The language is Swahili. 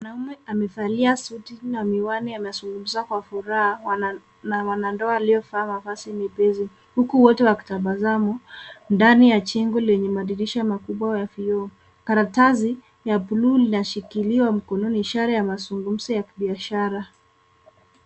Mwanaume amevalia suti na miwani anazungumza kwa furaha na wanandoa waliovaa mavazi mepesi huku wote wakitabasamu ndani ya jengo lenye madirisha makubwa ya vioo. Karatasi ya bluu inashikiliwa mkononi ishara ya mazungumzo ya kibiashara.